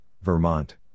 Vermont